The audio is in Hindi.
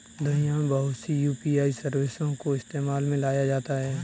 दुनिया में बहुत सी यू.पी.आई सर्विसों को इस्तेमाल में लाया जाता है